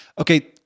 Okay